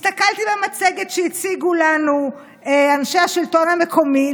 הסתכלתי במצגת שהציגו לנו אנשי השלטון המקומי,